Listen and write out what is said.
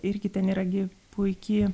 irgi ten yra gi puiki